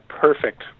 perfect